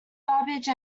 babbage